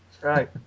right